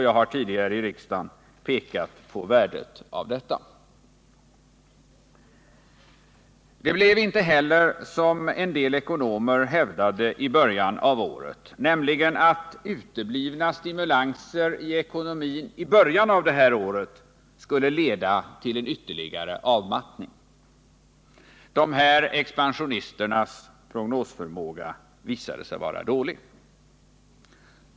Jag har tidigare i riksdagen pekat på värdet av detta. Det blev inte heller som en del ekonomer hävdade att uteblivna stimulanser i början av året skulle leda till ytterligare avmattning. Dessa expansionisters prognosförmåga visade sig vara dålig.